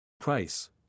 Price